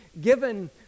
given